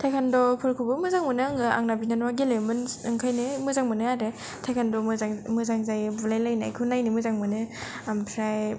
taekwondo फोरखौ बो मोजां मोनो आङो आंना बिनानावा गेलेयोमोन ओंखायनो मोजां मोनो आरो टाइखान्द मोजां जायो बुलाय लायनायखौ मोजां मोनो आमफ्राय